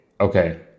okay